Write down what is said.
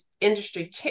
industry